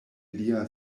lia